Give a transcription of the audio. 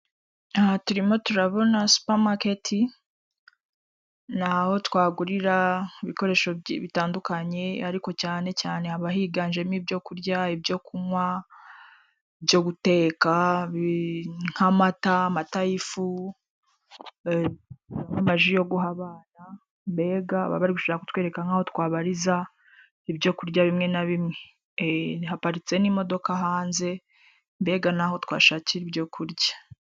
Abantu benshi bahagaze imbere y'isoko ryisumbuye ryitwa SIMBA senshoneri hawuzi, imbere hari abantu batambuka ndetse n'abinjira mu isoko.